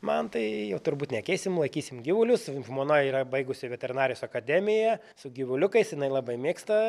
man tai jau turbūt nekeisim laikysim gyvulius žmona yra baigusi veterinarijos akademiją su gyvuliukais jinai labai mėgsta